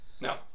No